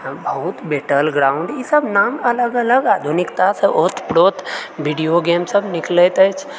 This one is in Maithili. बहुत बेटल ग्राउंड ई सब नाम अलग अलग आधुनिकतासँ ओतप्रोत वीडियो गेम सब निकलैत अछि